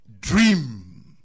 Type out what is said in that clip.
dream